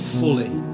fully